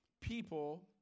people